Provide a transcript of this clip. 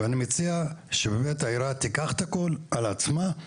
אני מציע שבאמת העירייה תיקח את הכל על עצמה,